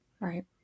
Right